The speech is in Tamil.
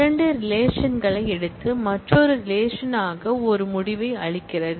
இரண்டு ரிலேஷன்களை எடுத்து மற்றொரு ரிலேஷன் ஆக ஒரு முடிவை அளிக்கிறது